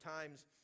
times